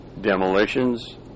demolitions